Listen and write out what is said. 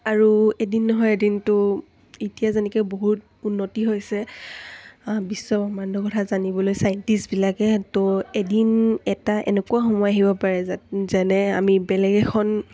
আৰু এদিন নহয় এদিনতো এতিয়া যেনেকৈ বহুত উন্নতি হৈছে বিশ্বব্ৰহ্মাণ্ডৰ কথা জানিবলৈ চাইণ্টিষ্টবিলাকে ত' এদিন এটা এনেকুৱা সময় আহিব পাৰে যেনে আমি বেলেগ এখন